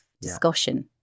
discussion